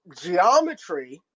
geometry